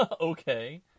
Okay